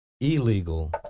illegal